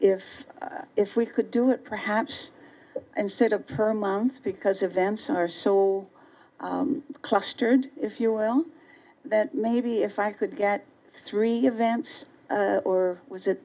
if if we could do it perhaps instead of per month because events are so clustered if you will that maybe if i could get three events or was it